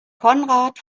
konrad